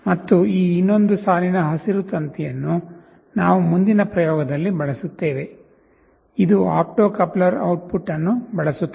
ಮತ್ತು ಈ ಇನ್ನೊಂದು ಸಾಲಿನ ಹಸಿರು ತಂತಿಯನ್ನು ನಾವು ಮುಂದಿನ ಪ್ರಯೋಗದಲ್ಲಿ ಬಳಸುತ್ತೇವೆ ಇದು ಆಪ್ಟೋ ಕಪ್ಲರ್ ಔಟ್ಪುಟ್ ಅನ್ನು ಬಳಸುತ್ತದೆ